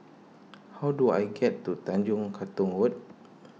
how do I get to Tanjong Katong Road